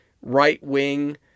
right-wing